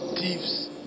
thieves